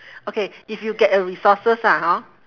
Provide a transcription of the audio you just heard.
okay if you get a resources ah hor